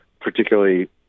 particularly